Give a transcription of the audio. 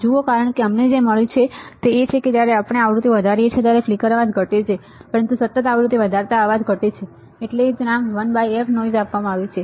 જુઓ કારણ કે અમને જે મળ્યું છે તે એ છે કે જ્યારે આપણે આવૃતિ વધારીએ છીએ ત્યારે ફ્લિકર અવાજ ઘટે છે અથવા આવૃતિ વધારતા અવાજ ઘટે છે એટલે જ નામ 1 બાય f નોઈઝ આપવામાં આવ્યું છે